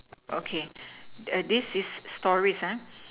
okay this is stories